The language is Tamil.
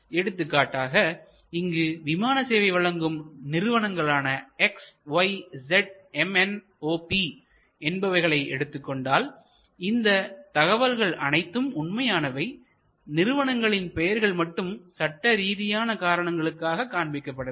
எடுத்துக்காட்டாக இங்கு விமான சேவை வழங்கும் நிறுவனங்களாக X Y Z M N O P என்பவைகளை எடுத்துக்கொண்டால் இந்த தகவல்கள் அனைத்தும் உண்மையானவை நிறுவனங்களின் பெயர்கள் மட்டும் சட்டரீதியான காரணங்களுக்காக காண்பிக்கப்படவில்லை